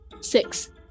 six